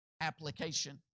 application